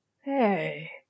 Hey